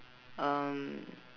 um